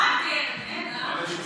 ההסכמה, אני קוראת אותך